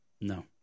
No